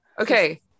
Okay